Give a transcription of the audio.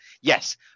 Yes